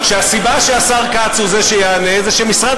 שהסיבה שהשר כץ הוא שיענה היא שמשרד